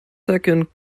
second